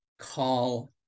call